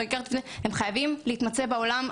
הם חייבים להתמצא בעולם,